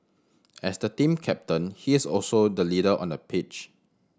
as the team captain he is also the leader on the pitch